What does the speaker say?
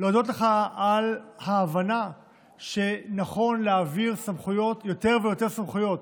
להודות לך על ההבנה שנכון להעביר יותר ויותר סמכויות